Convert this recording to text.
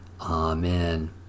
Amen